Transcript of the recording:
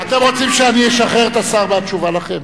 אתם רוצים שאני אשחרר את השר מהתשובה לכם?